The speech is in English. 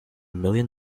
million